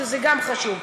שזה גם חשוב.